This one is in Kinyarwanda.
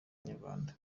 inyarwanda